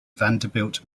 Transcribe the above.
vanderbilt